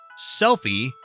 selfie